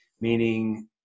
meaning